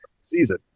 season